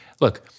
look